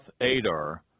Adar